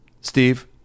Steve